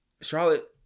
Charlotte